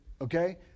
okay